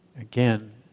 again